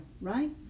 right